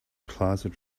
plaza